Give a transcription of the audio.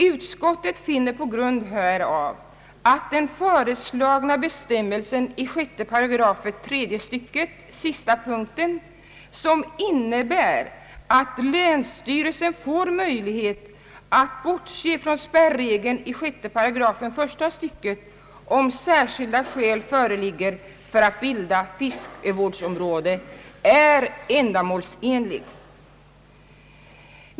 Utskottet finner på grund härav att den föreslagna bestämmelsen i 6 § tredje stycket sista punkten, som innebär att länsstyrelsen får möjlighet att bortse från spärregeln i 6 8 första stycket, om särskilda skäl föreligger för att bilda fiskevårdsområde, är ändamålsenlig.